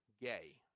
gay